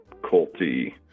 culty